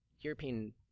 European